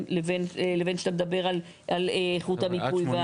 לבין כשאתה מדבר על איכות המיפוי.